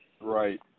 Right